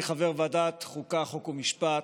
חבר הכנסת אנטאנס שחאדה,